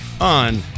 On